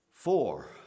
Four